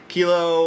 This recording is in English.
Kilo